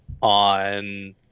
on